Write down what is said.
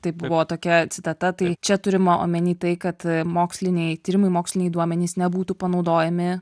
tai buvo tokia citata tai čia turima omeny tai kad moksliniai tyrimai moksliniai duomenys nebūtų panaudojami